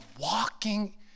walking